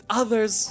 others